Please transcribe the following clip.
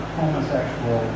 homosexual